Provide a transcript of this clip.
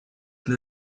into